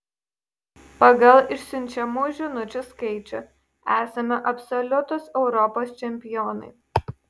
pagal išsiunčiamų žinučių skaičių esame absoliutūs europos čempionai